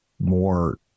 more